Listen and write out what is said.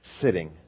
sitting